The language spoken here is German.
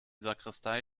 sakristei